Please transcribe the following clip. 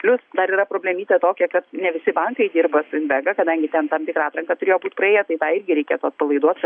plius dar yra problemytė tokia kad ne visi bankai dirba su invega kadangi ten tam tikrą atranką turėjo būt praėję tai tai reikėtų atpalaiduot